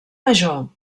major